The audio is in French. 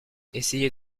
essayez